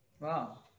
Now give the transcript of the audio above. Wow